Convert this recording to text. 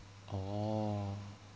oh